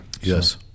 Yes